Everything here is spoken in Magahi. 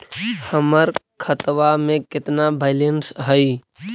हमर खतबा में केतना बैलेंस हई?